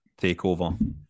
takeover